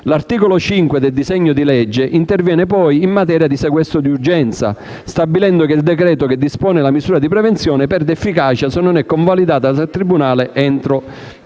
L'articolo 5 del disegno di legge interviene poi in materia di sequestro d'urgenza, stabilendo che il decreto che dispone la misura di prevenzione perde efficacia se non è convalidato dal tribunale entro trenta giorni.